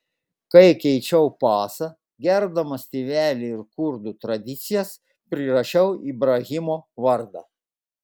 kai keičiau pasą gerbdamas tėvelį ir kurdų tradicijas prirašiau ibrahimo vardą